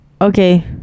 Okay